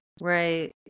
Right